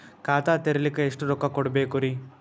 ಖಾತಾ ತೆರಿಲಿಕ ಎಷ್ಟು ರೊಕ್ಕಕೊಡ್ಬೇಕುರೀ?